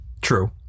True